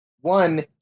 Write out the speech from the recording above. One